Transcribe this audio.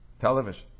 Television